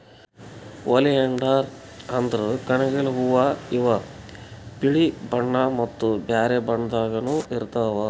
oleander ಅಂದ್ರ ಕಣಗಿಲ್ ಹೂವಾ ಇವ್ ಬಿಳಿ ಬಣ್ಣಾ ಮತ್ತ್ ಬ್ಯಾರೆ ಬಣ್ಣದಾಗನೂ ಇರ್ತವ್